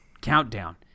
Countdown